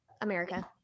America